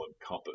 compass